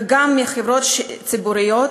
וגם מחברות ציבוריות,